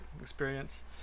experience